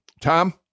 Tom